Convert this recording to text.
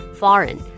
foreign